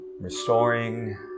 restoring